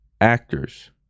Actors